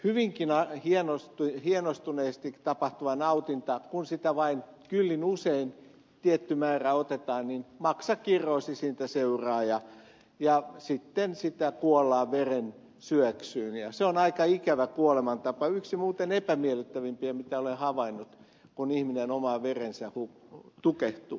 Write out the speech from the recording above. hyvinkin hienostuneesti tapahtuva nautinta kun sitä vain kyllin usein tietty määrä otetaan niin maksakirroosi siitä seuraa ja sitten sitä kuollaan verensyöksyyn ja se on aika ikävä kuolemantapa yksi muuten epämiellyttävimpiä mitä olen havainnut kun ihminen omaan vereensä tukehtuu